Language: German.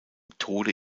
tode